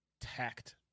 Tact